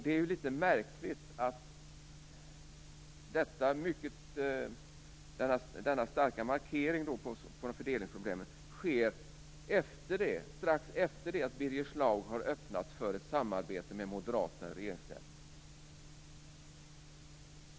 Det är litet märkligt att denna starka markering sker strax efter det att Birger Schlaug har öppnat för ett samarbete med Moderaterna i regeringsställning.